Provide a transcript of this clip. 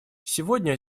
сегодня